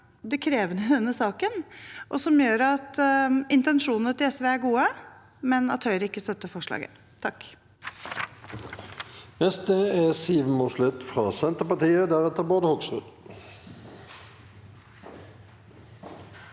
ferie 705 saken, og som gjør at intensjonene til SV er gode, men at Høyre ikke støtter forslaget. Siv